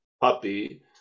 puppy